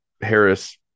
Harris